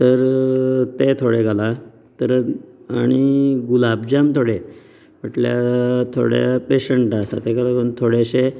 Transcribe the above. तर तें थोडे घालात तर आनी गुलाबजाम थोडे म्हटल्यार थोडे पेंशंट आसात तेका लागून थोडेशे